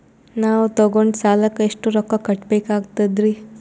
ನಾವು ತೊಗೊಂಡ ಸಾಲಕ್ಕ ಎಷ್ಟು ರೊಕ್ಕ ಕಟ್ಟಬೇಕಾಗ್ತದ್ರೀ?